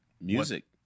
music